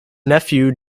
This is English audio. nephew